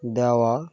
দেওয়া